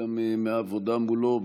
גם מהעבודה מולו,